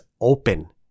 open